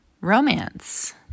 romance